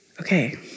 Okay